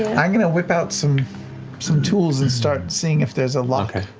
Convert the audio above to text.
i'm going to whip out some some tools and start seeing if there's a lock. ah